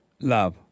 love